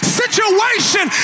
situation